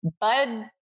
Bud